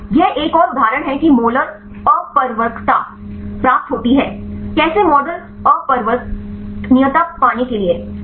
यह एक और उदाहरण है कि मोलर अपवर्तकता प्राप्त होती है कैसे मॉडल अपवर्तनीयता पाने के लिए